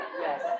Yes